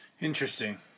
Interesting